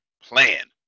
plan